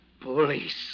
police